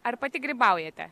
ar pati grybaujate